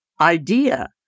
idea